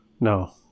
No